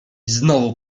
znowu